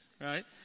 right